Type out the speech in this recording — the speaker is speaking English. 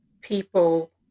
people